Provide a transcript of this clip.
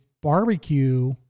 barbecue